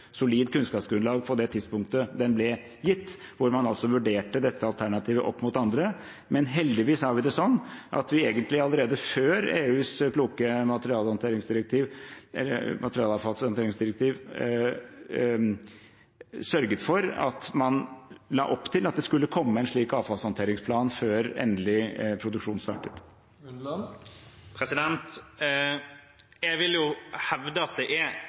solid kunnskapsgrunnlag på det tidspunktet den ble gitt, hvor man altså vurderte dette alternativet opp mot andre. Men heldigvis har vi det sånn at vi, egentlig allerede før EUs kloke mineralavfallsdirektiv, sørget for å legge opp til at det skulle komme en slik avfallshåndteringsplan før endelig produksjon startet. Jeg vil hevde at det er